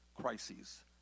crises